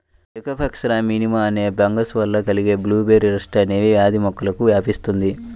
Thekopsora మినిమా అనే fungus వల్ల కలిగే బ్లూబెర్రీ రస్ట్ అనే వ్యాధి మొక్కలకు వ్యాపిస్తుంది